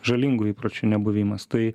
žalingų įpročių nebuvimas tai